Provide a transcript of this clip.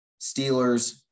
Steelers